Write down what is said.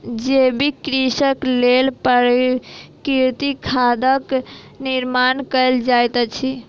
जैविक कृषिक लेल प्राकृतिक खादक निर्माण कयल जाइत अछि